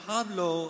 Pablo